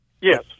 Yes